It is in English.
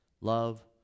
love